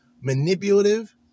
manipulative